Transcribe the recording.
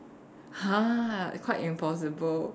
!huh! quite impossible